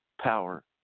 power